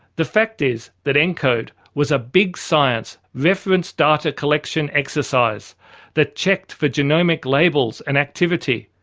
the fact is that encode was a big science reference data collection exercise that checked for genomic labels and activity,